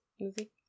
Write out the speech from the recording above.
movie